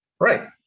Right